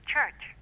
Church